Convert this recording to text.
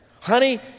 Honey